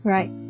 Right